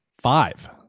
five